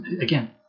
again